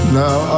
now